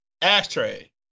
ashtray